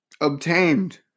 obtained